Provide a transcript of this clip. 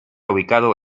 ubicado